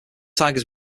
tigers